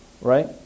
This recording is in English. Right